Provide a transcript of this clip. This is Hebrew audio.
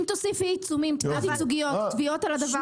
אם תוסיפי עיצומים ותביעות ייצוגיות ותביעות על הדבר הזה